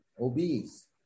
obese